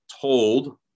told